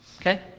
Okay